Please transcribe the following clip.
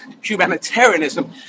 humanitarianism